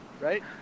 right